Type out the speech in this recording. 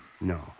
No